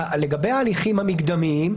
לגבי ההליכים המקדמיים,